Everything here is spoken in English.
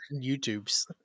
YouTube's